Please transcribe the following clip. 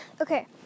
Okay